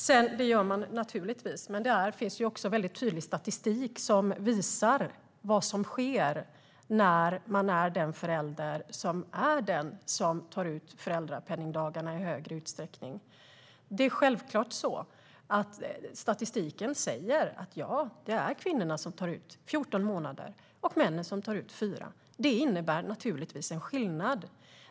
Fru talman! Det gör man naturligtvis. Men det finns tydlig statistik som visar vad som sker när man är den förälder som tar ut föräldrapenningdagarna i större utsträckning. Det är självklart så att statistiken säger att det är kvinnorna som tar ut 14 månader och männen som tar ut 4 månader. Det innebär naturligtvis en skillnad.